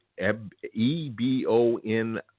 E-B-O-N